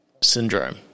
syndrome